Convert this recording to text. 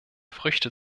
früchte